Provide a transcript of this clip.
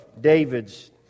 David's